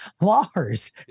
Lars